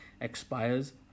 expires